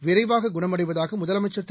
விரைவாககுணமடைவதாகமுதலமைச்சர் திரு